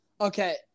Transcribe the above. Okay